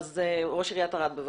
ראש עירית ערד בבקשה.